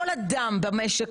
כל אדם במשק,